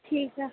ठीक ऐ